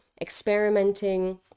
experimenting